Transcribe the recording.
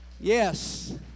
Yes